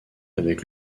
avec